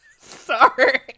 Sorry